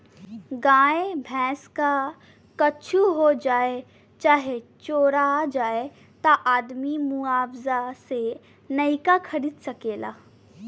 गाय भैंस क कुच्छो हो जाए चाहे चोरा जाए त आदमी मुआवजा से नइका खरीद सकेला